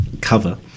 cover